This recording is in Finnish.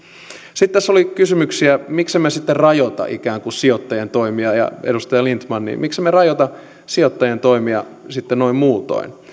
sitten tässä oli kysymyksiä siitä miksemme sitten rajoita ikään kuin sijoittajan toimia edustaja lindtman miksemme rajoita sijoittajan toimia sitten noin muutoin